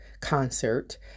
concert